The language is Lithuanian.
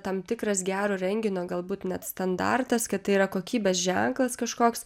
tam tikras gero renginio galbūt net standartas kad tai yra kokybės ženklas kažkoks